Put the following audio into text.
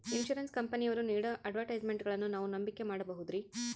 Insurance ಕಂಪನಿಯವರು ನೇಡೋ ಅಡ್ವರ್ಟೈಸ್ಮೆಂಟ್ಗಳನ್ನು ನಾವು ನಂಬಿಕೆ ಮಾಡಬಹುದ್ರಿ?